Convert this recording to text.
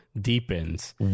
deepens